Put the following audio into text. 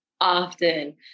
Often